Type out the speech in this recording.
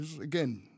again